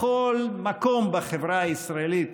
בכל מקום בחברה הישראלית,